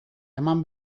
eman